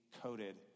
coated